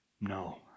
No